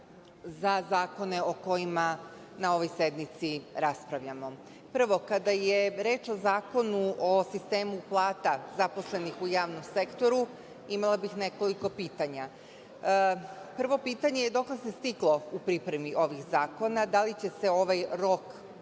za zakone o kojima na ovoj sednici raspravljamo. Prvo, kada je reč o Zakonu o sistemu plata zaposlenih u javnom sektoru, imala bih nekoliko pitanja. Prvo pitanje je dokle se stiglo u pripremi ovih zakona, da li će se ovaj rok